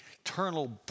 eternal